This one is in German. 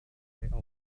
polizei